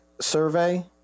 survey